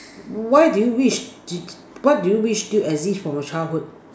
why do you wish did what do you wish still exist from your childhood